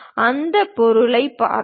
அந்த பொருளைப் பார்ப்போம்